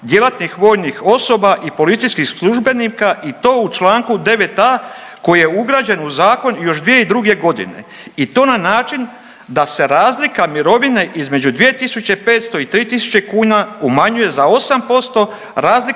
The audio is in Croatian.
djelatnih vojnih osoba i policijskih službenika i to u čl. 9.a. koji je ugrađen u zakon još 2002.g. i to na način da se razlika mirovine između 2.500 i 3.000 kuna umanjuje za 8%, razlika